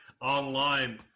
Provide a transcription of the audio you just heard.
online